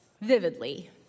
vividly